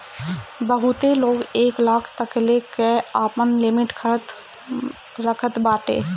बहुते लोग एक लाख तकले कअ आपन लिमिट रखत बाटे